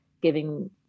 giving